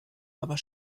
aber